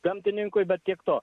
gamtininkui bet tiek to